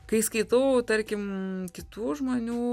kai skaitau tarkim kitų žmonių